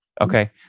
Okay